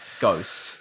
ghost